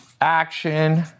action